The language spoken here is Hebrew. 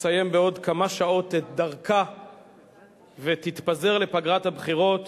שתסיים בעוד כמה שעות את דרכה ותתפזר לפגרת הבחירות,